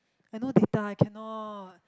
I no data I cannot